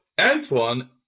Antoine